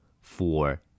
Four